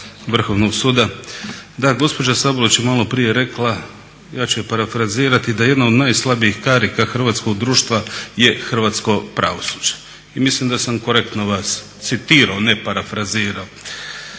Vrhovnog suda. Da, gospođa Sabolić je maloprije rekla, ja ću je parafrazirati, da jedna od najslabijih karika hrvatskog društva je hrvatsko pravosuđe i mislim da sam korektno vas citirao, ne parafrazirao.